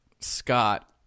scott